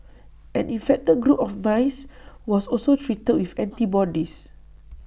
an infected group of mice was also treated with antibodies